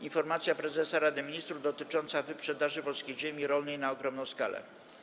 Informacja prezesa Rady Ministrów dotycząca wyprzedaży polskiej ziemi rolnej na ogromną skalę.